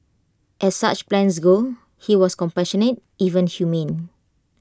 as such plans go he was compassionate even humane